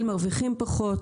עוברים על הבעיות,